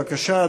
בבקשה,